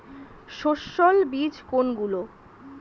সস্যল বীজ কোনগুলো?